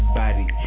body